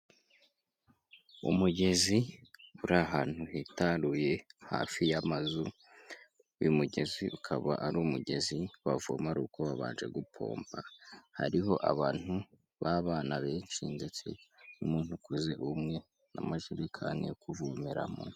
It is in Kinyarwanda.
Umugezi uri ahantu hitaruye hafi y'amazu, uyu mugezi ukaba ari umugezi wavoma aruko wabanje gupompa, hariho abantu b'abana benshi ndetse n'umuntu ukuze ubumwe n'amajerekani yo kuvomera mo.